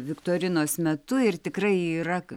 viktorinos metu ir tikrai yra